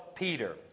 Peter